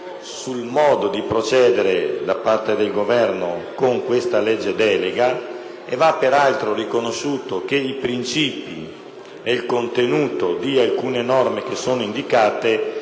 sul modo di procedere da parte del Governo con questa legge delega. Va peraltro riconosciuto che i princıpi e il contenuto di alcune norme che sono indicate